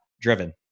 driven